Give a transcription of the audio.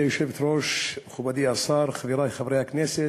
גברתי היושבת-ראש, מכובדי השר, חברי חברי הכנסת,